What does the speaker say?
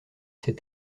ces